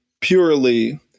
purely